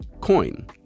coin